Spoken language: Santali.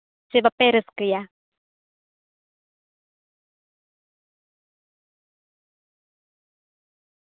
ᱥᱮ ᱵᱟᱯᱮ ᱨᱟᱹᱥᱠᱟᱹᱭᱟ